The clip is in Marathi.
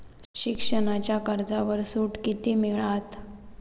शिक्षणाच्या कर्जावर सूट किती मिळात?